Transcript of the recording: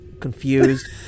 confused